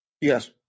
Yes